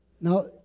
Now